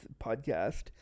podcast